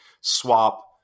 swap